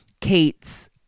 Kate's